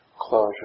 closure